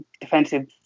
defensive